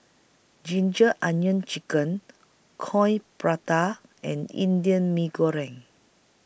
Ginger Onions Chicken Coin Prata and Indian Mee Goreng